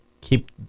keep